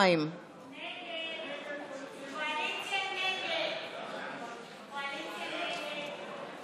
2. ההסתייגות (2) של קבוצת סיעת יש עתיד-תל"ם,